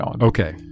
Okay